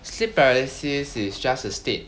sleep paralysis is just a state